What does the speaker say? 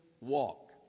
walk